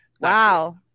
Wow